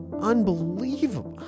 unbelievable